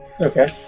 Okay